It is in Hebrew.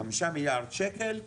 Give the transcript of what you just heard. חמישה מיליארד שקל ירדו.